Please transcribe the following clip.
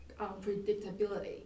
unpredictability